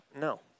no